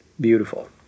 beautiful